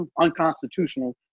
unconstitutional